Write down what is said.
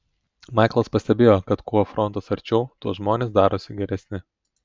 maiklas pastebėjo kad kuo frontas arčiau tuo žmonės darosi geresni